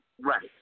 Right